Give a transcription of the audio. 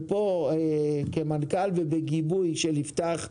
ופה כמנכ"ל ובגיבוי של יפתח,